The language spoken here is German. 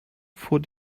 vor